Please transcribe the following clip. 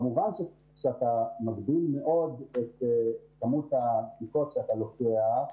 כמובן שכשאתה מגביל מאוד את כמות הבדיקות שאתה לוקח,